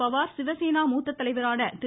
பவார் சிவசேனா மூத்த தலைவரான திரு